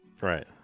Right